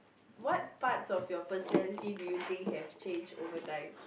what parts of your personality do you think have changed over time